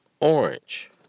orange